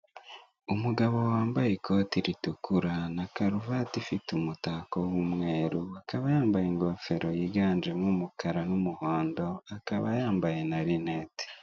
Umugabo wambaye ikoti ritukura na karuvati ifite umutako w'umweru akaba yambaye ingofero yiganjemo umukara n'umuhondo akaba yambaye na lunette.